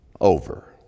over